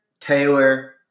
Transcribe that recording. Taylor